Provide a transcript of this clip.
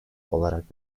olarak